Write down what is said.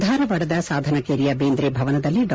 ಧಾರವಾಡದ ಸಾಧನಕೇರಿಯ ಬೇಂದ್ರೆ ಭವನದಲ್ಲಿ ಡಾ